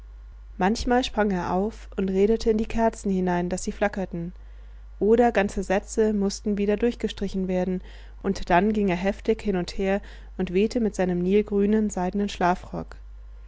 manchmal sprang er auf und redete in die kerzen hinein daß sie flackerten oder ganze sätze mußten wieder durchgestrichen werden und dann ging er heftig hin und her und wehte mit seinem nilgrünen seidenen schlafrock